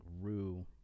Rue